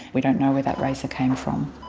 we don't know where that razor came from.